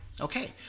Okay